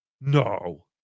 No